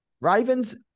Ravens